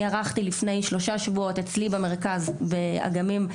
לפני שלושה שבועות אירחתי אצלי במרכז, באגמים,